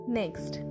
next